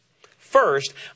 First